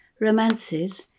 romances